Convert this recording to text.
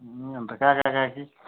ए अन्त काका काकी